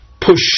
push